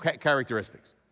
characteristics